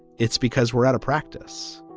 it's because we're out of practice